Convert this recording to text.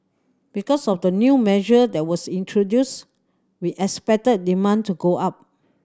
because of the new measure that was introduced we expected demand to go up